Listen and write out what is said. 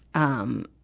um,